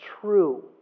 true